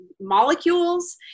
molecules